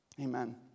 Amen